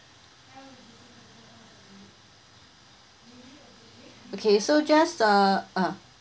okay so just uh ah